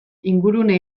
ingurune